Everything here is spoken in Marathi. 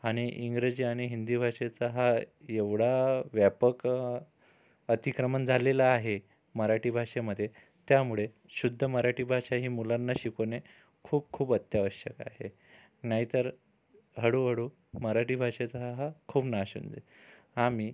आणि इंग्रजी आणि हिंदी भाषेचा हा एवढा व्यापक अतिक्रमण झालेलं आहे मराठी भाषेमध्ये त्यामुळे शुद्ध मराठी भाषा ही मुलांना शिकवणे खूप खूप अत्यावश्यक आहे नाही तर हळूहळू मराठी भाषेचा हा खूप नाश होऊन जाईल आम्ही